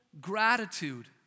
gratitude